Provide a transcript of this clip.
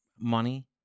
money